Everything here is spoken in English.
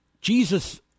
Jesus